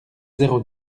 zéro